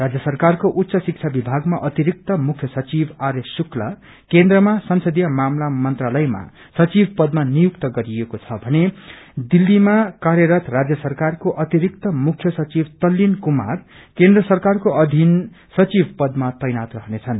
राज्य सरकारको उच्च शिद्वा विभागमा अतिरिक्त मुख्य सचिव आरएस शुक्ला केनद्रमा संसदीय मामला मंत्रालयमा सचिव पदमा नियुक्त गरिएको छ भने दिल्लीमा कार्यरत राज्य सरकारको अतिरिक्त मुख्य कार्यरत तल्लिन कुमार केन्द्र सरकारको अधिन सचिव पदामा तैनाथ रहनेछन्